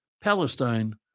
Palestine